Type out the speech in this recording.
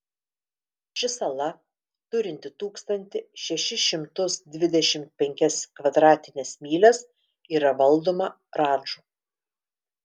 ši sala turinti tūkstantį šešis šimtus dvidešimt penkias kvadratines mylias yra valdoma radžų